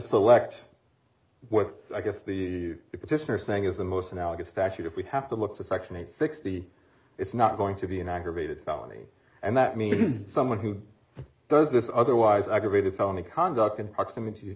select what i guess the petition are saying is the most analogous to actually if we have to look for section eight sixty it's not going to be an aggravated felony and that means someone who does this otherwise aggravated felony conduct in proximity